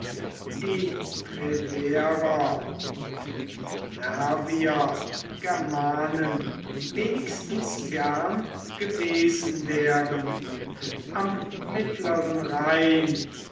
die treuerer und die nervier germanen wenigstens gern gewesen wären am mittleren rhein